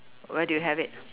where do you have it